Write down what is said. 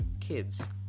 kids